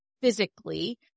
physically